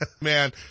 Man